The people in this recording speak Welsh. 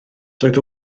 doedd